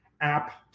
app